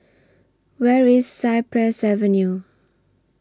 Where IS Cypress Avenue